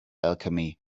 alchemy